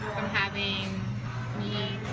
from having me,